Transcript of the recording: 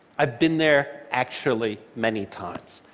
i've been there, actually, many times.